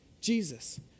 Jesus